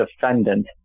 defendant